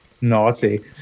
naughty